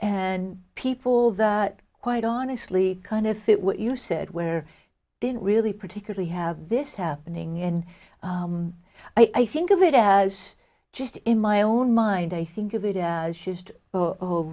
and people that quite honestly kind of fit what you said where they didn't really particularly have this happening and i think of it as just in my own mind i think of it as just